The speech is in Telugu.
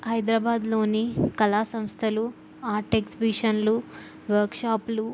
హైదరాబాద్లోని కళా సంస్థలు ఆర్ట్ ఎగ్జిబిషన్లు వర్క్షాప్లు